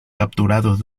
capturados